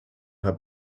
her